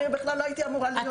אני בכלל לא הייתי אמורה להיות.